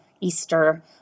Easter